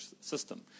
system